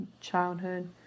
childhood